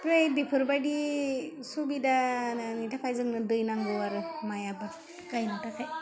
फ्राय बेफोरबायदि सुबिदा नानै थाखाइ जोंनो दै नांगौ माइ आबाद गाइनो थाखाइ